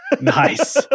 Nice